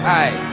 aye